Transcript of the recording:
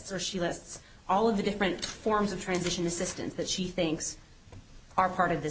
or she lists all of the different forms of transition assistance that she thinks are part of th